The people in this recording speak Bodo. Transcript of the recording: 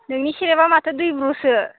नोंनि सेरेबा माथो दैब्रुसो